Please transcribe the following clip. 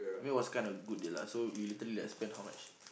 I mean it was kind of good deal lah so we literally like spend how much